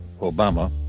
Obama